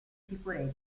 sicurezza